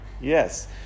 Yes